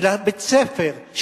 של בית-הספר,